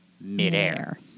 midair